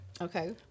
Okay